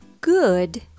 Good